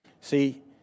See